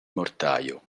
mortaio